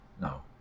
No